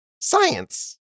Science